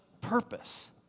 purpose